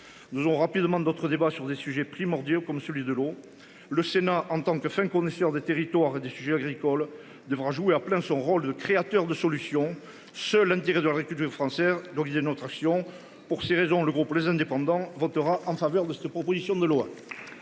Nous ont rapidement d'autres débats sur des sujets primordiaux comme celui de l'eau. Le Sénat en tant que fin connaisseur des territoires et des sujets agricoles devra jouer à plein son rôle de créateur de solutions seul intérêt de l'agriculture française, donc il y a une notre action pour ces raisons le groupe les indépendants votera en faveur de cette proposition de loi.